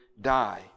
die